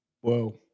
Whoa